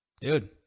Dude